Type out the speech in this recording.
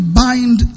bind